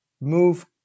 move